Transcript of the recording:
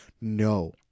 No